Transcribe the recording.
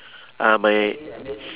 ah my